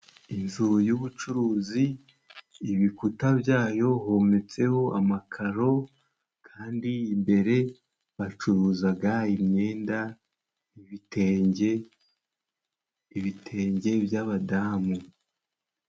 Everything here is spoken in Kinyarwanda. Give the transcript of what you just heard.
Inzu y'ubucuruzi ibikuta byayo hometseho amakaro, kandi imbere bacuruzaga imyenda ibitenge, ibitenge by'abadamu.